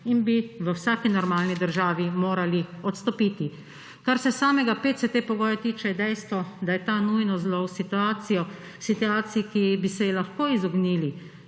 in bi v vsaki normalni državi morali odstopiti. Kar se samega PCT pogoja tiče, je dejstvo, da je ta nujno zlo v situaciji, ki bi se ji lahko izognili,